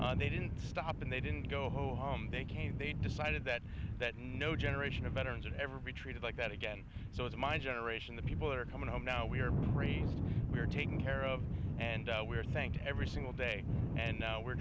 did they didn't stop and they didn't go home they came they decided that that no generation of veterans ever be treated like that again so as my generation the people are coming home now we're raised we're taking care of and we're saying to every single day and now we're